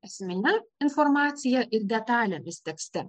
esmine informacija ir detalėmis tekste